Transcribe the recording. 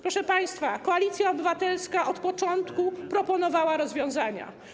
Proszę państwa, Koalicja Obywatelska od początku proponowała rozwiązania.